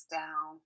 down